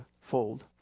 fold